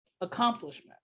accomplishment